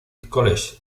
college